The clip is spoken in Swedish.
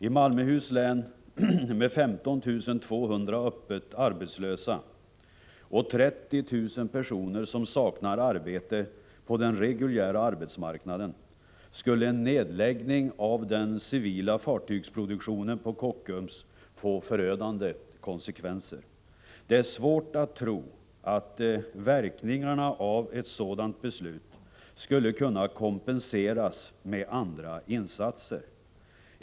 I Malmöhus län, som har 15 200 öppet arbetslösa och 30 000 personer som saknar arbete på den reguljära arbetsmarknaden, skulle en nedläggning av den civila fartygsproduktionen på Kockums få förödande konsekvenser. Det är svårt att tro att verkningarna av ett sådant beslut skulle kunna kompenseras med andra insatser.